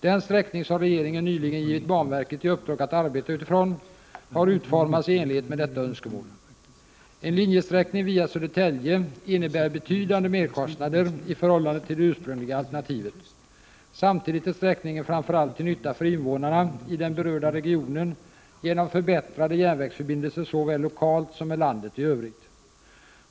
Den sträckning som regeringen nyligen givit banverket i uppdrag att arbeta utifrån har utformats i enlighet med detta önskemål. En linjesträckning via Södertälje innebär betydande merkostnader i förhållande till det ursprungliga alternativet. Samtidigt är sträckningen framför allt till nytta för invånarna i den berörda regionen genom förbättrade järnvägsförbindelser såväl lokalt som med landet i övrigt.